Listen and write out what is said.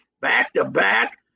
Back-to-back